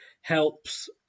helps